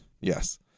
yes